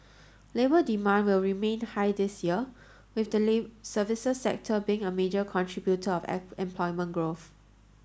labour demand will remain high this year with the services sector being a major contributor of employment growth